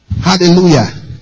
Hallelujah